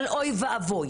אבל אוי ואבוי